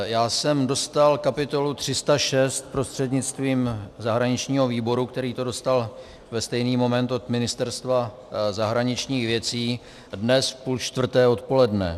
Já jsem dostal kapitolu 306 prostřednictvím zahraničního výboru, který to dostal ve stejný moment od Ministerstva zahraničních věcí, dnes v půl čtvrté odpoledne.